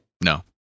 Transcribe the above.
No